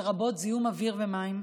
לרבות זיהום אוויר ומים,